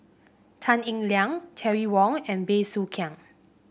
Tan Eng Liang Terry Wong and Bey Soo Khiang